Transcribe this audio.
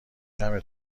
کمه